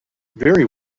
very